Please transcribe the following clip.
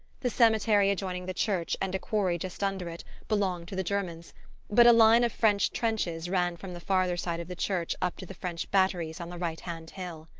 the cemetery adjoining the church, and a quarry just under it, belonged to the germans but a line of french trenches ran from the farther side of the church up to the french batteries on the right hand hill.